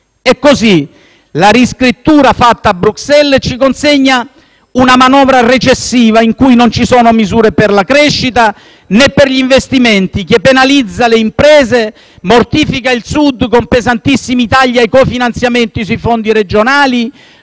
Così la riscrittura fatta a Bruxelles ci consegna una manovra recessiva, in cui non ci sono misure per la crescita, né per gli investimenti, che penalizza le imprese, mortifica il Sud con pesantissimi tagli ai cofinanziamenti sui fondi Regionali,